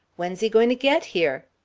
when's he going to get here?